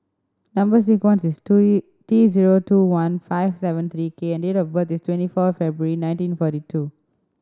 number sequence is T zero two one five seven three K and date of birth is twenty four February nineteen forty two